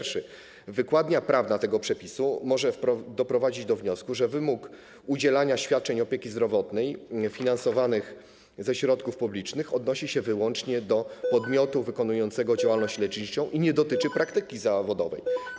Wykładnia prawna tego przepisu może doprowadzić do wniosku, że wymóg udzielania świadczeń opieki zdrowotnej, finansowanych ze środków publicznych odnosi się wyłącznie do podmiotu wykonującego działalność leczniczą i nie dotyczy praktyki zawodowej.